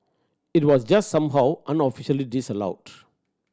it was just somehow unofficially disallowed